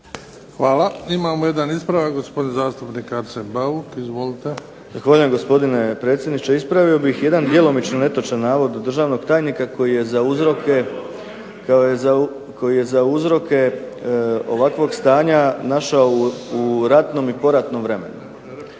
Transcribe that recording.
Hvala. Imamo jedan ispravak. Gospodin zastupnik Arsen Bauk, izvolite. **Bauk, Arsen (SDP)** Zahvaljujem gospodine predsjedniče. Ispravio bih jedan djelomično netočan navod državnog tajnika koji je za uzroke ovakvog stanja našao u ratnom i poratnom vremenu.